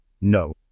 no